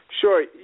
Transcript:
Sure